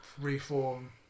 reform